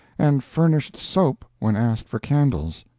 and furnished soap when asked for candles,